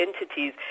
entities